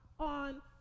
On